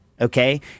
Okay